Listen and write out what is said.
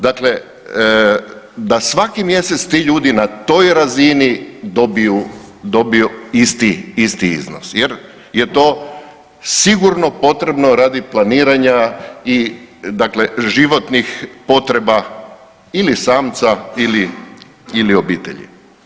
Dakle, da svaki mjesec ti ljudi na toj razini dobiju isti iznos jer je to sigurno potrebno radi planiranja i dakle životnih potreba ili samca ili obitelji.